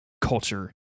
culture